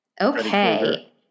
Okay